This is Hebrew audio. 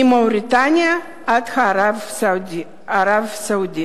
ממאוריטניה עד ערב-הסעודית.